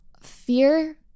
fear